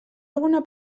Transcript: alguna